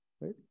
right